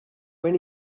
when